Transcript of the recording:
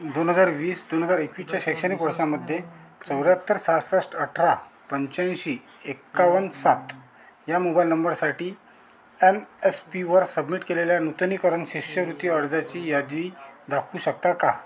दोन हजार वीस दोन हजार एकवीसच्या शैक्षणिक वर्षामध्ये चौऱ्याहत्तर सहासष्ट अठरा पंच्याऐंशी एकावन्न सात ह्या मोबाइल नंबरसाठी एन एस पीवर सबमिट केलेल्या नूतनीकरण शिष्यवृत्ती अर्जाची यादी दाखवू शकता का